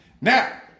Now